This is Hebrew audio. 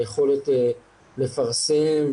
הוא יכול קצת להתחיל לבנות את החיים שלו אם הוא משוקם,